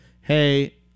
hey